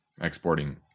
exporting